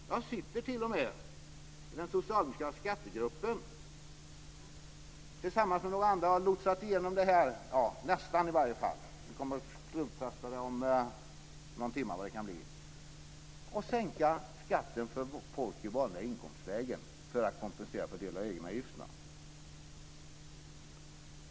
Jag sitter t.o.m. med i den socialdemokratiska skattegruppen. Tillsammans med några andra har jag, i varje fall nästan, lotsat igenom det här. Det kommer att klubbfästas om någon timme, eller vad det nu kan bli fråga om. Det handlar alltså om att sänka skatten för folk i vanliga inkomstlägen för att kompensera för egenavgifterna.